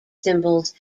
cymbals